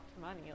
money